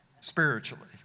spiritually